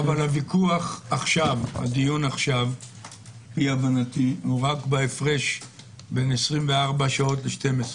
הדיון עכשיו נוגע בהפרש בין 24 שעות ל-12.